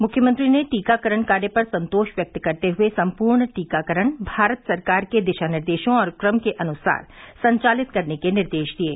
मुख्यमंत्री ने टीकाकरण कार्य पर संतोष व्यक्त करते हुए सम्पूर्ण टीकाकरण भारत सरकार के दिशा निर्देशों और क्रम के अनुसार संचालित करने के निर्देश दिये